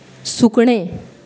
सुकणें